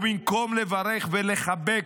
במקום לברך ולחבק,